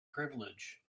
privilege